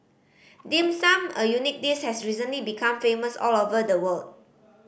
Dim Sum a unique dish has recently become famous all over the world